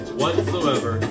whatsoever